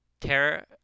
Terror